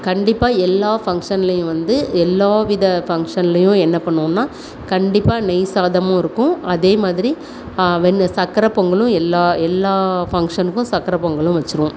கண்டிப்பாக எல்லா ஃபங்சன்லையும் வந்து எல்லா வித ஃபங்சன்லையும் என்ன பண்ணுவோம்னால் கண்டிப்பாக நெய் சாதமும் இருக்கும் அதே மாதிரி வெண் சர்க்கர பொங்கலும் எல்லா எல்லா ஃபங்சனுக்கும் சர்க்கர பொங்கலும் வச்சுருவோம்